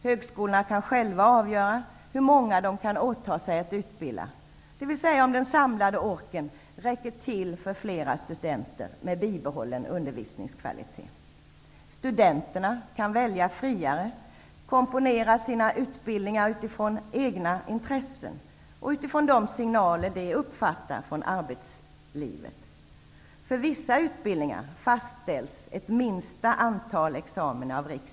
Högskolorna kan själva avgöra hur många de kan åta sig att utbilda, dvs. de får själva avgöra om den samlade orken räcker till för fler studenter med bibehållen undervisningskvalitet. Studenterna kan välja friare. De kan komponera sina utbildningar utifrån egna intressen och utifrån de signaler som de uppfattar från arbetslivet. För vissa utbildningar fastställer riksdagen ett minsta antal examina.